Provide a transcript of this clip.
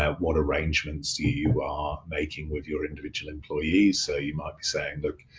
what arrangements you you are making with your individual employees. so you might be saying, look,